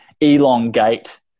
elongate